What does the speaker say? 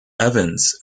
evans